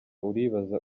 uribaza